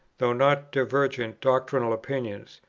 though not divergent, doctrinal opinions,